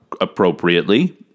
appropriately